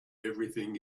everything